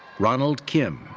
ronald kim,